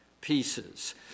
pieces